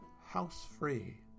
house-free